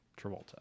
Travolta